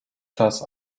czas